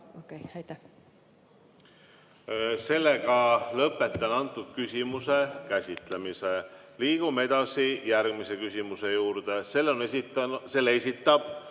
siduda. Lõpetan selle küsimuse käsitlemise. Liigume edasi järgmise küsimuse juurde. Selle esitab